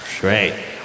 Great